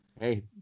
Hey